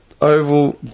Oval